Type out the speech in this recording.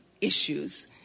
issues